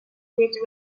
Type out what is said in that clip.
bit